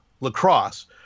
lacrosse